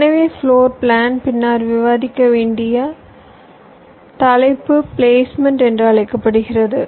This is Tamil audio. எனவேஃப்ளோர் பிளான் பின்னர் விவாதிக்க வேண்டிய தலைப்பு பிளேஸ்மெண்ட் என்று அழைக்கப்படுகிறது